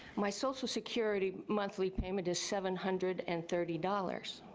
my social security monthly payment is seven hundred and thirty dollars.